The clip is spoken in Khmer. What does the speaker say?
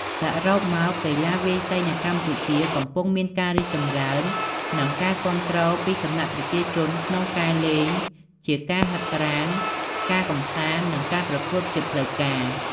សរុបមក កីឡាវាយសីនៅកម្ពុជាកំពុងមានការរីកចម្រើន និងការគាំទ្រពីសំណាក់ប្រជាជនក្នុងការលេងជាការហាត់ប្រាណ ការកំសាន្ត និងការប្រកួតជាផ្លូវការ។